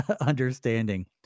understanding